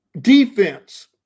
defense